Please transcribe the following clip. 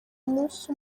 umunsi